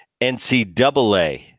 NCAA